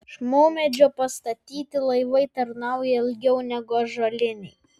iš maumedžio pastatyti laivai tarnauja ilgiau negu ąžuoliniai